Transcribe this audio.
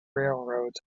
railroad